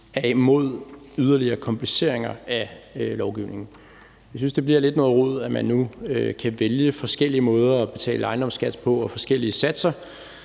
imod yderligere kompliceringer af lovgivningen. Jeg synes, det lidt bliver noget rod, at man nu kan vælge forskellige måder at betale ejendomsskat på og forskellige satser.